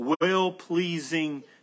well-pleasing